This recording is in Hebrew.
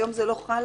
אני חושבת